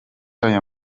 aya